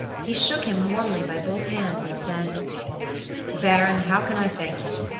he shook him warmly by both hands and said baron, how can i thank you?